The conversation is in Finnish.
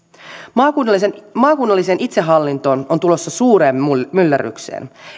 maakunnallinen itsehallinto on tulossa suureen myllerrykseen